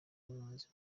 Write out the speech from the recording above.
impunzi